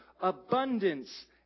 abundance